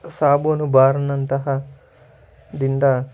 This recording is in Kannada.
ಸಾಬೂನು ಬಾರ್ನಂತಹ ದಿಂದ